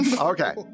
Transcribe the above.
Okay